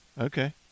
okay